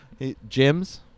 Gyms